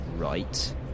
right